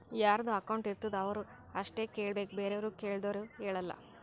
ಯಾರದು ಅಕೌಂಟ್ ಇರ್ತುದ್ ಅವ್ರು ಅಷ್ಟೇ ಕೇಳ್ಬೇಕ್ ಬೇರೆವ್ರು ಕೇಳ್ದೂರ್ ಹೇಳಲ್ಲ